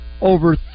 over